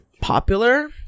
popular